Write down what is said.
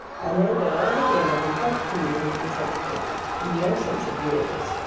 i lay there, all the day long, quite coolly and contentedly with no sense of weariness,